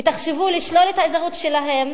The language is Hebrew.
ותחשבו לשלול את האזרחות שלהם,